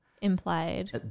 implied